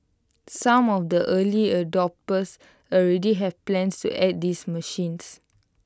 some of the early adopters already have plans to add these machines